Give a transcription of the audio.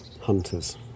hunters